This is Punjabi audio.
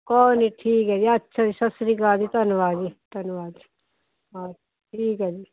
ਕੋਈ ਨਹੀਂ ਠੀਕ ਹੈ ਜੀ ਅੱਛਾ ਜੀ ਸਤਿ ਸ਼੍ਰੀ ਅਕਾਲ ਜੀ ਧੰਨਵਾਦ ਜੀ ਧੰਨਵਾਦ ਹਾਂ ਠੀਕ ਹੈ ਜੀ